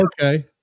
Okay